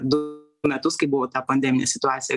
du metus kai buvo ta pandeminė situacija